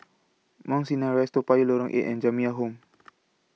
Mount Sinai Rise Toa Payoh Lorong eight and Jamiyah Home